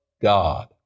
God